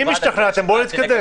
אם השתכנעתם, בואו נתקדם.